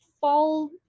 fall